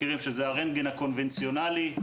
רנטגן קונבנציונאלי,